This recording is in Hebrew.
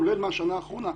כולל מהשנה האחרונה,